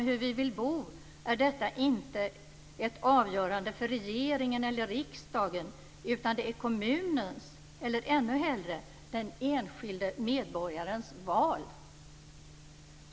Hur vi vill bo är inte ett avgörande för regeringen eller riksdagen, utan det är kommunens eller, ännu hellre, den enskilde medborgarens val.